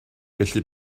felly